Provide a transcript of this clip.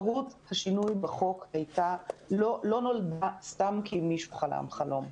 מהות השינוי בחוק לא נולדה סתם כי מישהו חלם חלום.